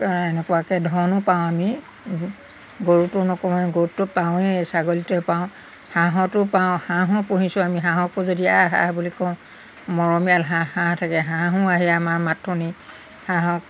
এনেকুৱাকৈ ধনো পাওঁ আমি গৰুটো নকওঁৱে গৰুটো পাওঁৱেই ছাগলীতে পাওঁ হাঁহতো পাওঁ হাঁহো পুহিছোঁ আমি হাঁহকো যদি আহ আহ বুলি কওঁ মৰমীয়াল হাঁহ হাঁহ থাকে হাঁহো আহে আমাৰ মাত শুনি হাঁহক